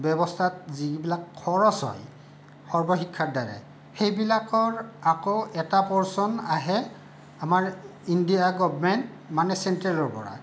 ব্যৱস্থাত যিবিলাক খৰছ হয় সৰ্বশিক্ষাৰ দ্বাৰাই সেইবিলাকৰ আকৌ এটা পৰ্চন আহে আমাৰ ইণ্ডিয়া গভৰ্ণমেণ্ট মানে চেন্ট্ৰেলৰ পৰা